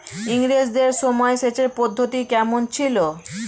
ইঙরেজদের সময় সেচের পদ্ধতি কমন ছিল?